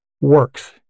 works